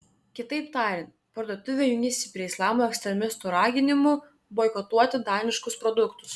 kitaip tariant parduotuvė jungiasi prie islamo ekstremistų raginimų boikotuoti daniškus produktus